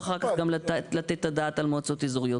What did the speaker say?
ואחר כך גם לתת את הדעת על המועצות האזוריות.